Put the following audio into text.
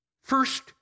first